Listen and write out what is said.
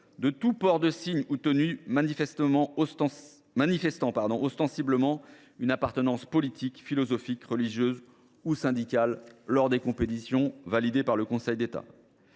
de « tout signe ou tenue manifestant ostensiblement une appartenance politique, philosophique, religieuse ou syndicale » lors des compétitions. Le Conseil d’État